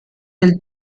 del